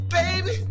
baby